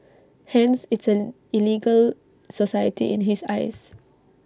hence it's an illegal society in his eyes